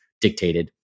dictated